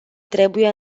trebuie